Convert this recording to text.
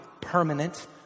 Permanent